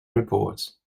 reports